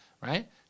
right